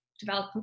develop